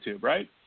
right